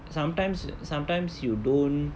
sometimes sometimes you don't